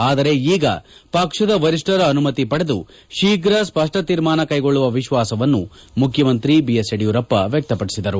ಆದರೆ ಈಗ ಪಕ್ಷದ ವರಿಷ್ಠರ ಅನುಮತಿ ಪಡೆದು ಶೀಘ್ರ ಸ್ಪಷ್ಟ ತೀರ್ಮಾನ ಕೈಗೊಳ್ಳುವ ವಿಶ್ವಾಸವನ್ನು ಮುಖ್ಯಮಂತ್ರಿ ಯಡಿಯೂರಪ್ಪ ವ್ಯಕ್ತಪಡಿಸಿದರು